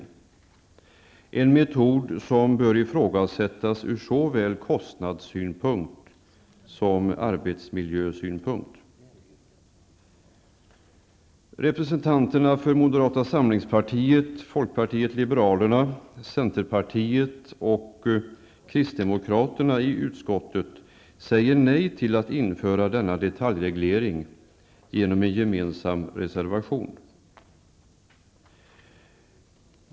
Det är en metod som bör ifrågasättas ur såväl kostnadssynpunkt som arbetsmiljösynpunkt. Representanterna i utskottet för moderata samlingspartiet, folkpartiet liberalerna, centerpartiet och kristdemokratiska samhällspartiet säger nej till att införa denna detaljreglering genom en gemensam reservation.